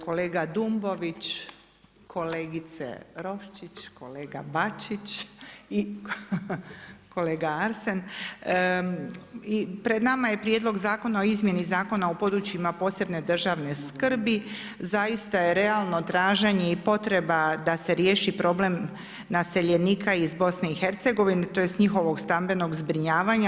Kolega Dumbović, kolegice Roščić, kolega Bačić, i kolega Arsen, pred nama je Prijedlog zakona o izmjeni Zakona o područjima posebne državne skrbi, zaista je realno traženje i potreba da se riješi problem naseljenika iz BiH-a tj. njihovog stambenog zbrinjavanja.